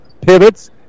pivots